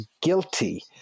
guilty